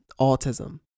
autism